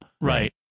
Right